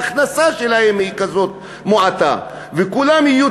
שההכנסה שלהם היא כזאת מועטה וכולם יהיו